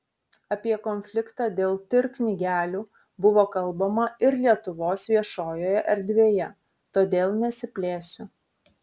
apie konfliktą dėl tir knygelių buvo kalbama ir lietuvos viešojoje erdvėje todėl nesiplėsiu